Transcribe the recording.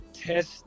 test